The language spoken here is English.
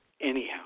anyhow